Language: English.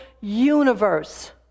universe